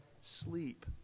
sleep